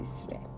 today